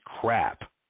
crap